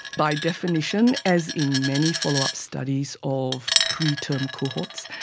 by definition, as in many follow-up studies of preterm cohorts,